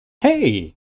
Hey